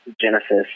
Genesis